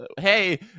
hey